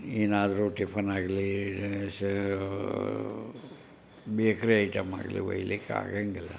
ಏನಾದರೂ ಟಿಫನ್ನಾಗಲಿ ಸಹ ಬೇಕ್ರಿ ಐಟಮ್ ಆಗಲಿ ಒಯ್ಯಲಿಕ್ಕಾಗೋಂಗಿಲ್ಲ